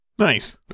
Nice